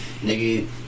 nigga